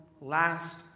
last